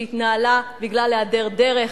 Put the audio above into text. שהתנהלה בגלל היעדר דרך,